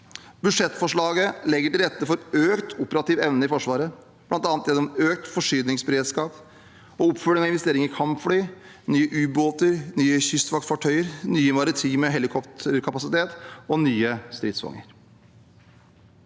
Budsjettforslaget legger til rette for økt operativ evne i forsvaret, bl.a. gjennom økt forsyningsberedskap og oppfølging av investeringer i kampfly, nye ubåter, nye kystvaktfartøyer, ny maritim helikopterkapasitet og nye stridsvogner.